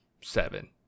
seven